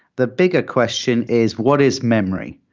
the bigger question is what is memory?